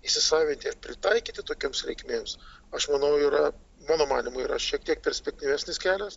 įsisavinti ir pritaikyti tokioms reikmėms aš manau yra mano manymu yra šiek tiek perspektyvesnis kelias